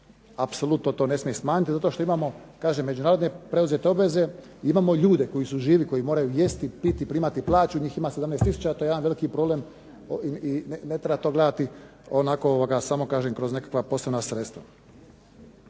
apsolutno ne smije smanjiti zato što imamo kažem međunarodne preuzete obveze i imamo ljude koji su živi, koji moraju jesti, piti, primati plaću. Njih ima 17 tisuća, a to je jedan veliki problem i ne treba to gledati samo kroz nekakva posebna sredstva.